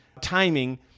timing